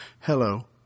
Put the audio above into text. Hello